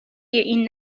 این